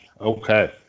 Okay